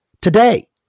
today